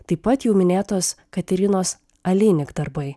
taip pat jau minėtos katerinos alinik darbai